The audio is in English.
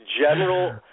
general